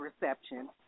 reception